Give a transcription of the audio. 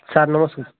sir ନମସ୍କାର